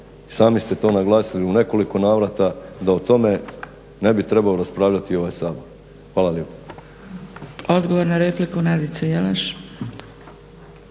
sami ste to naglasili u nekoliko navrata da o tome ne bi trebao raspravljati ovaj Sabor. Hvala lijepo.